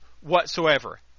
whatsoever